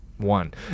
one